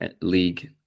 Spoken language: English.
league